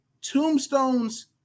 tombstone's